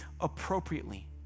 appropriately